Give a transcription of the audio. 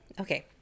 okay